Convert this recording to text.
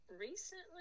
Recently